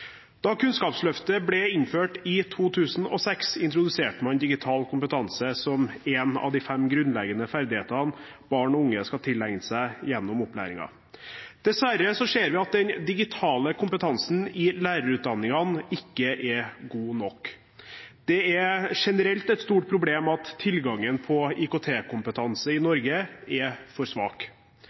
Da Kunnskapsløftet ble innført i 2006, introduserte man digital kompetanse som en av de fem grunnleggende ferdighetene barn og unge skal tilegne seg gjennom opplæringen. Dessverre ser vi at den digitale kompetansen i lærerutdanningene ikke er god nok. Det er generelt et stort problem at tilgangen på IKT-kompetanse i Norge er for svak.